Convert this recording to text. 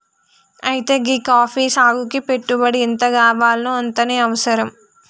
అయితే గీ కాఫీ సాగుకి పెట్టుబడి ఎంతగావాల్నో అంతనే అవసరం